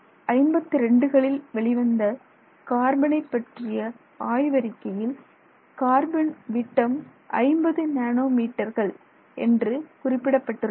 1952 களில் வெளிவந்த கார்பனை பற்றிய ஆய்வறிக்கையில் கார்பன் விட்டம் 50 நேனோ மீட்டர்கள் என்று குறிப்பிடப்பட்டுள்ளது